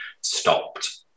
stopped